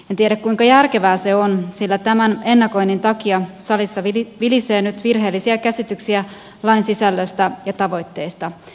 en tiedä kuinka järkevää se on sillä tämän ennakoinnin takia salissa vilisee nyt virheellisiä käsityksiä lain sisällöstä ja tavoitteista